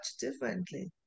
differently